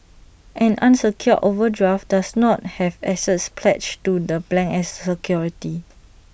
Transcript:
an unsecured overdraft does not have assets pledged to the as security